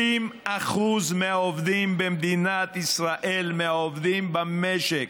60% מהעובדים במדינת ישראל, מהעובדים במשק,